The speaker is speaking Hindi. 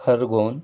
खरगोंद